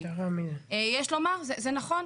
יש לומר, זה נכון,